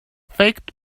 faked